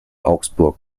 augsburg